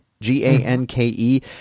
g-a-n-k-e